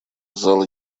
зала